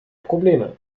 probleme